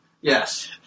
Yes